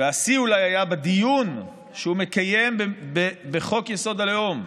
והשיא אולי היה בדיון שהוא מקיים בחוק-יסוד: הלאום,